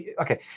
Okay